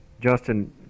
Justin